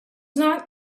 not